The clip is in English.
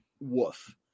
woof